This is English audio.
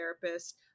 therapist